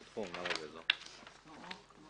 בעמוד 13,